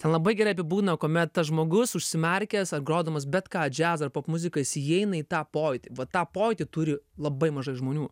ten labai gerai apibūdina kuomet tas žmogus užsimerkęs ar grodamas bet ką džiazą ar popmuziką jis įeina į tą pojūtį va tą pojūtį turi labai mažai žmonių